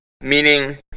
meaning